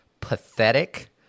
Pathetic